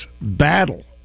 Battle